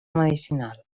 medicinal